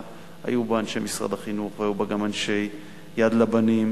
שהיו בה אנשי משרד החינוך והיו בה גם אנשי "יד לבנים",